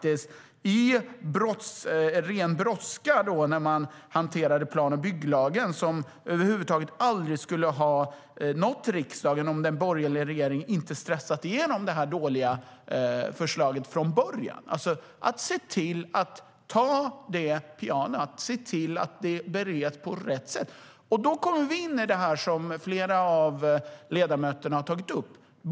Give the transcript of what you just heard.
I ren brådska hanterade man plan och bygglagen, som över huvud taget aldrig skulle ha nått riksdagen om inte den borgerliga regeringen hade stressat igenom detta dåliga förslag. Man skulle ha tagit det piano och sett till att det bereddes på rätt sätt. Nu kommer vi in på bullerfrågan, som flera ledamöter här har tagit upp.